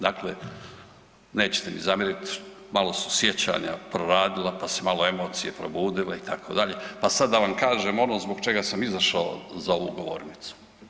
Dakle, nećete mi zamjerit, malo su sjećanja proradila, pa su se malo emocije probudile itd., pa sad da vam kažem ono zbog čega sam izašao za ovu govornicu.